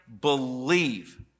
believe